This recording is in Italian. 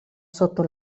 sotto